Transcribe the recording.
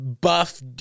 buff